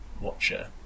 watcher